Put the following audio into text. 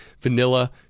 vanilla